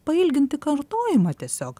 pailginti kartojimą tiesiog